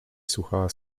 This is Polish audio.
słuchała